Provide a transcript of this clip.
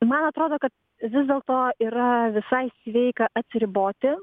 man atrodo kad vis dėlto yra visai sveika atsiriboti